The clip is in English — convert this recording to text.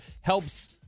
helps